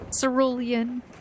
Cerulean